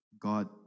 God